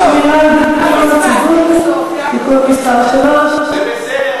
שמירה על ביטחון הציבור (תיקון מס' 3),